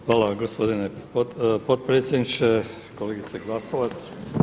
Hvala vam gospodine potpredsjedniče, kolegice Glasovac.